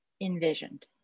envisioned